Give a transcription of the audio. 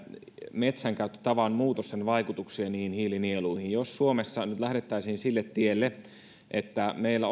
metsänkäyttötavan muutosten vaikutuksia hiilinieluihin jos suomessa nyt lähdettäisiin sille tielle että meillä